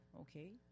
okay